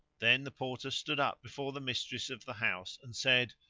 then the porter stood up before the mistress of the house and said,